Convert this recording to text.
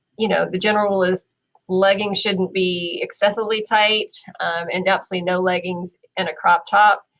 you know. the general rule is leggings shouldn't be excessively tight um and definitely no leggings and a crop top.